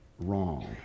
wrong